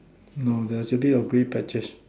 there's a bit of grey patches